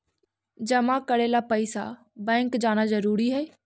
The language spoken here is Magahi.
जमा करे ला पैसा बैंक जाना जरूरी है?